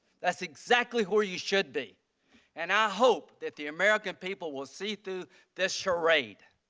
that is exactly where you should be and i hope that the american people will see through this charade.